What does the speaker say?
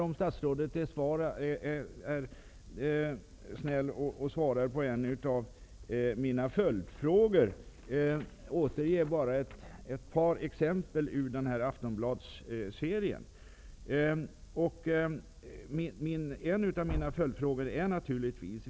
Om statsrådet är snäll och svarar på en av mina följdfrågor skall jag senare återge bara ett par exempel ur Aftonbladets serie.